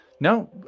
No